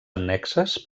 annexes